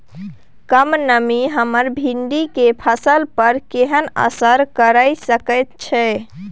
कम नमी हमर भिंडी के फसल पर केहन असर करिये सकेत छै?